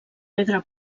pedra